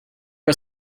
are